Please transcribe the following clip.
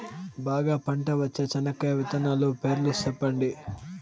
బాగా పంట వచ్చే చెనక్కాయ విత్తనాలు పేర్లు సెప్పండి?